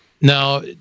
Now